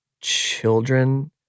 children